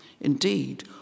Indeed